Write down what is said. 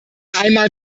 einmal